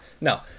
no